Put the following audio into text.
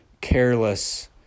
careless